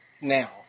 now